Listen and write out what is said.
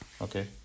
okay